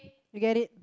you get it